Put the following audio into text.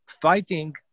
fighting